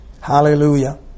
Hallelujah